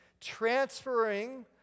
transferring